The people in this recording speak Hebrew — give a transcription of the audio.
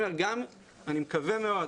אני מקווה מאוד